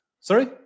Sorry